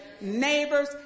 neighbors